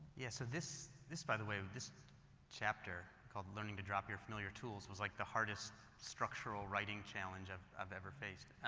yeah. so this, by the way, this chapter called, learning to drop your familiar tools was like the hardest structural writing challenge i've i've ever faced.